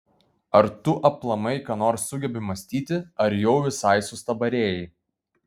ar tu aplamai ką nors sugebi mąstyti ar jau visai sustabarėjai